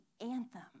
anthem